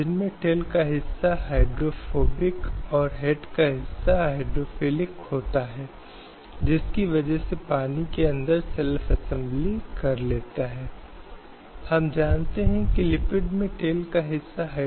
और अंतर्राष्ट्रीय उपकरण जहां महिलाओं के मानवाधिकारों को रखा गया है वे सार्वभौमिक मानवाधिकारों का हिस्सा हैं